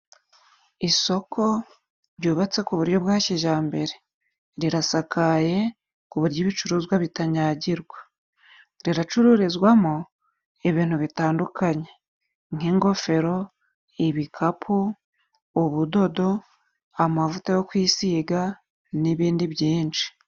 Isoko ryubatse ku buryo bwa kijyambere, rirasakaye ku buryo ibicuruzwa bitanyagirwa, riracururizwamo ibintu bitandukanye nk'ingofero, ibikapu, ubudodo, amavuta yo kwisiga n'ibindi byinshi.